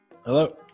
Hello